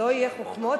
לא יהיו חוכמות.